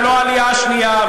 ולא העלייה השנייה,